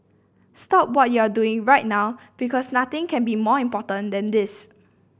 stop what you're doing right now because nothing can be more important than this